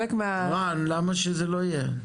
רן, למה שזה לא יהיה?